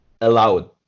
allowed